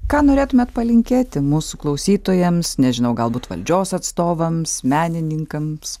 ką norėtumėt palinkėti mūsų klausytojams nežinau galbūt valdžios atstovams menininkams